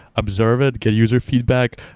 observe it. get user feedback,